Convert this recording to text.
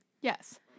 Yes